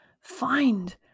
Find